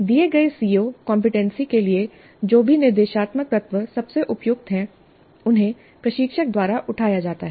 दिए गए CO competency के लिए जो भी निर्देशात्मक तत्व सबसे उपयुक्त हैं उन्हें प्रशिक्षक द्वारा उठाया जाता है